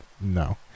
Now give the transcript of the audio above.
No